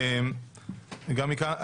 תודה.